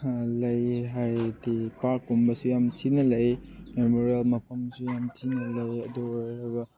ꯂꯩꯌꯦ ꯍꯥꯏꯔꯗꯤ ꯄꯥꯔꯛꯀꯨꯝꯕꯁꯦ ꯌꯥꯝ ꯊꯤꯅ ꯂꯩ ꯃꯦꯃꯣꯔꯦꯜ ꯃꯐꯝꯁꯨ ꯌꯥꯝ ꯊꯤꯅ ꯂꯩ ꯑꯗꯨ ꯑꯣꯏꯔꯒ